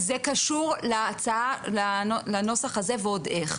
זה קשור לנוסח הזה ועוד איך.